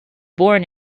born